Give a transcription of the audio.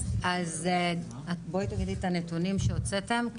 אז בואי תגידי את הנתונים שהוצאתם,